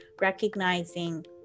recognizing